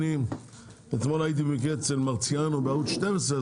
אני אתמול הייתי במקרה אצל קרן מרציאנו בערוץ 12,